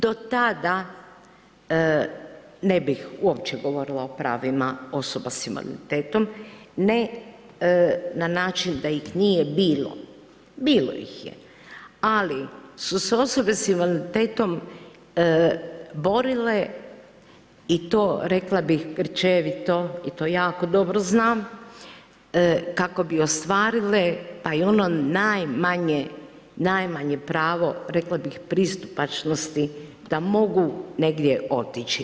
Do tada ne bih uopće govorila o pravima osoba s invaliditetom, ne na način da ih nije bilo, bilo ih, ali su se osobe s invaliditetom borile i to rekla bih, grčevito i to jako dobro znam, kako bi ostvarile pa i ono najmanje pravo, rekla bi, pristupačnosti da mogu negdje otići.